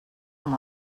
com